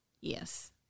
Yes